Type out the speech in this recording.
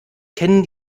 kennen